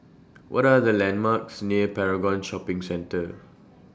What Are The landmarks near Paragon Shopping Centre